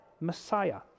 Messiah